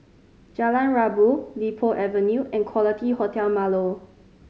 Jalan Rabu Li Po Avenue and Quality Hotel Marlow